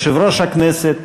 יושב-ראש הכנסת